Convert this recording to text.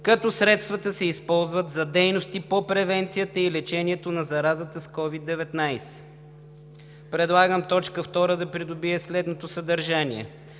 като средствата се използват за дейности по превенцията и лечението на заразата с COVID-19.“ Предлагам точка втора да придобие следното съдържание: